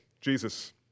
Jesus